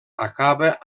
acaba